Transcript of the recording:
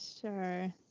sure